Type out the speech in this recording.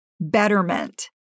Betterment